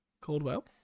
Caldwell